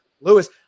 Lewis